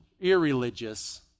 irreligious